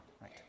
right